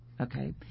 okay